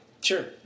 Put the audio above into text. Sure